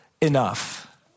enough